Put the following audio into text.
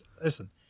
Listen